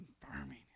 confirming